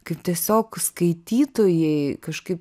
kai tiesiog skaitytojai kažkaip